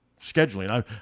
scheduling